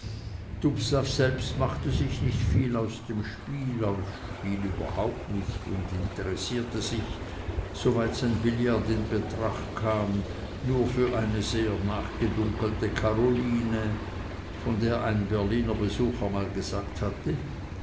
selbst machte sich nicht viel aus dem spiel aus spiel überhaupt und interessierte sich soweit sein billard in betracht kam nur für eine sehr nachgedunkelte karoline von der ein berliner besucher mal gesagt hatte